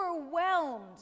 overwhelmed